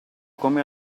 come